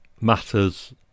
matters